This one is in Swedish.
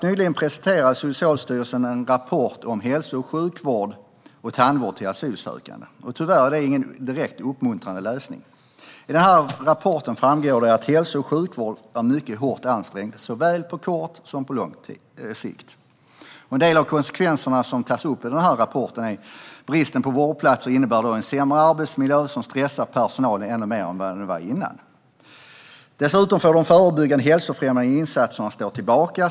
Nyligen presenterade Socialstyrelsen en rapport som heter Hälso och sjukvård och tandvård till asylsökande och andra flykt ingar . Det är tyvärr ingen uppmuntrande läsning. I rapporten framgår det att hälso och sjukvården är mycket hårt ansträngd på såväl kort som lång sikt. En del av konsekvenserna som tas upp i rapporten är att bristen på vårdplatser innebär en sämre arbetsmiljö som gör personalen ännu mer stressad än den var innan. Dessutom står där att de förebyggande hälsofrämjande insatserna får stå tillbaka.